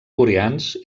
coreans